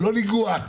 לא ניגוח,